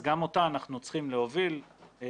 כך שגם אותה אנחנו צריכים להוביל לטיפול